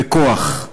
בכוח,